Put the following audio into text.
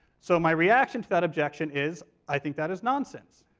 so my reaction to that objection is i think that is nonsense.